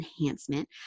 enhancement